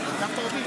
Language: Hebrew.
שיתפת אותי?